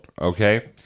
okay